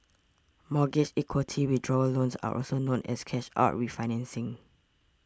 mortgage equity withdrawal loans are also known as cash out refinancing